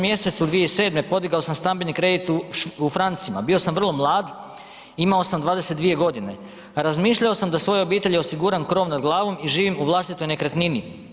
Mjesecu 2007. podigao sam stambeni kredit u francima, bio sam vrlo mlad imao sam 22 godine, razmišljao sam da svojoj obitelji osiguram krov nad glavom i živim u vlastitoj nekretnini.